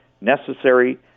necessary